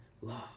love